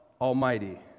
Almighty